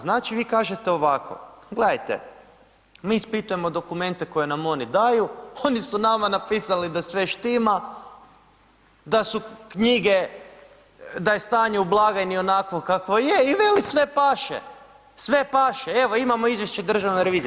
Znači, vi kažete ovako, gledajte mi ispitujemo dokumente koje nam oni daju, oni su nama napisali da sve štima, da su knjige, da je stanje u blagajni onakvo kakvo je i veli sve paše, sve paše, evo, imamo izvješće Državne revizije.